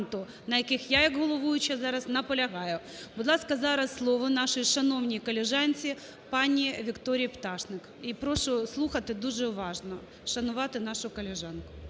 на який я як головуюча зараз наполягаю. Будь ласка, зараз слово нашій шановній колежанці пані Вікторії Пташник. І прошу слухати дуже уважно, шанувати нашу колежанку.